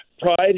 Pride